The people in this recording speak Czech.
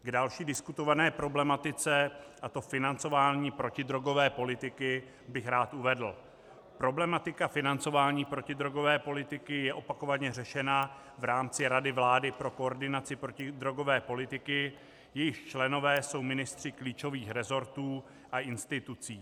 K další diskutované problematice, a to financování protidrogové politiky, bych rád uvedl: Problematika financování protidrogové politiky je opakovaně řešena v rámci Rady vlády pro koordinaci protidrogové politiky, jejíž členové jsou ministři klíčových resortů a institucí.